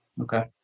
Okay